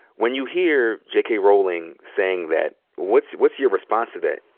when you hear j. k. rowling saying that, what's what's your response to that?